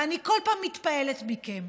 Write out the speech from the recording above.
ואני בכל פעם מתפעלת מכם,